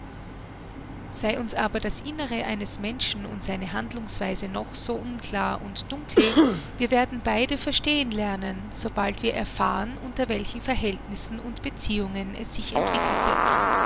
sei uns aber das innere eines menschen und seine handlungsweise noch so unklar und dunkel wir werden beide verstehen lernen sobald wir erfahren unter welchen verhältnissen und beziehungen es sich entwickelte